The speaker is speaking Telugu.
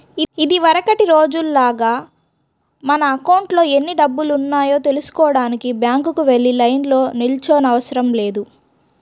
ఇదివరకటి రోజుల్లాగా మన అకౌంట్లో ఎన్ని డబ్బులున్నాయో తెల్సుకోడానికి బ్యాంకుకి వెళ్లి లైన్లో నిల్చోనవసరం లేదు